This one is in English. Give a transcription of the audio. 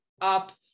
up